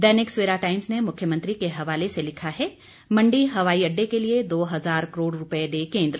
दैनिक Savera Times ने मुख्यमंत्री के हवाले से लिखा है मंडी हवाई अड्डे के लिए दो हजार करोड़ रूपये दे केंद्र